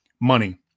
money